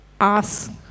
ask